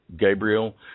Gabriel